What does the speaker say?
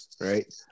Right